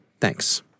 Thanks